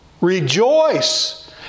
Rejoice